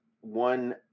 one